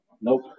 Nope